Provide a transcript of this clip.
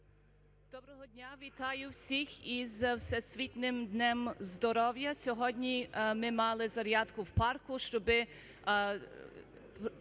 Доброго дня! Вітаю всіх із Всесвітнім днем здоров'я. Сьогодні ми мали зарядку в парку, щоб